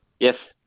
Yes